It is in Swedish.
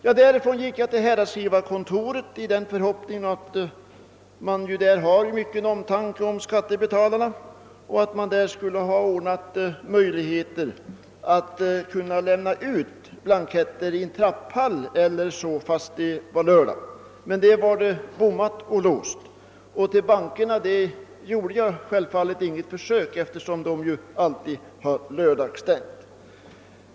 Jag fortsatte till häradsskrivarkontoret i förhoppningen att man där — med den omtanke man hyser om skattebetalarna — skulle ha ordnat utdelning av blanketter i en trapphall e. d. på lördagen. Men det var igenbommat. Och hos bankerna gjorde jag självfallet inget försök, eftersom de alltid har lördagsstängt.